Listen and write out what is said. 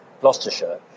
Gloucestershire